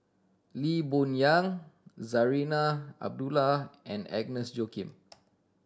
Lee Boon Yang Zarinah Abdullah and Agnes Joaquim